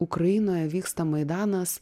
ukrainoje vyksta maidanas